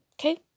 Okay